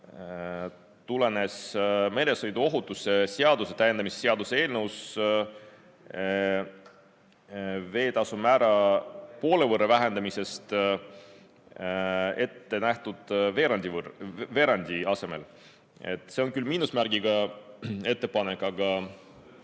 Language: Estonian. tuleneb meresõiduohutuse seaduse täiendamise seaduse eelnõus veeteetasu määra poole võrra vähendamisest ettenähtud veerandi asemel. See on küll miinusmärgiga ettepanek, aga